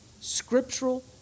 scriptural